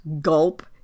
gulp